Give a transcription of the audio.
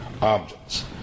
objects